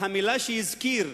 המלה שהזכיר,